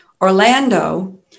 Orlando